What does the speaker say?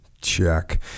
Check